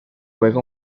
juega